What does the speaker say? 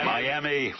Miami